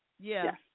Yes